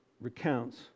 recounts